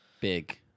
big